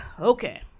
Okay